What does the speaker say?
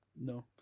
No